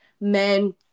men